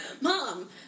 Mom